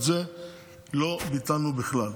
את זה לא ביטלנו בכלל.